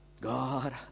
God